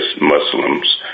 Muslims